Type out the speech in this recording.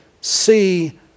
see